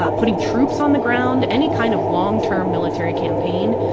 ah putting troops on the ground any kind of long-term military campaign,